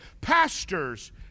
Pastors